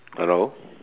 hello